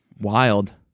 Wild